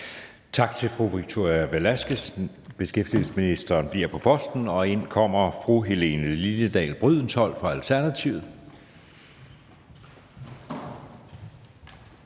Tak til fru Victoria Velasquez. Beskæftigelsesministeren bliver på pladsen, og ind kommer – for at stille det næste